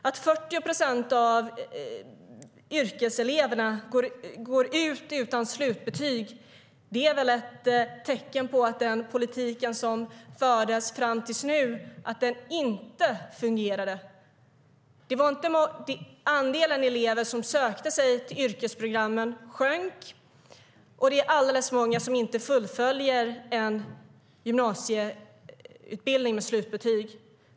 Att 40 procent av yrkeseleverna går ut skolan utan slutbetyg är väl ett tecken på att den politik som fördes fram till nu inte fungerade. Andelen elever som sökte sig till yrkesprogrammen sjönk, och det är alldeles för många som inte fullföljer en gymnasieutbildning med slutbetyg.